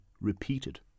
repeated